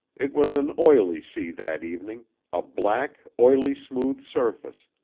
it was an oily sea that evening a black, oily-smooth surface,